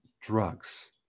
drugs